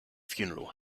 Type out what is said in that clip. funeral